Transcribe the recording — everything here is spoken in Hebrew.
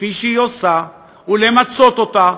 כפי שהיא עושה, ולמצות אותה.